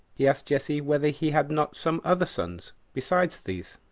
he asked jesse whether he had not some other sons besides these